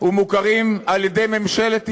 ומוכרים על-ידי ממשלת ישראל.